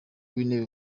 w’intebe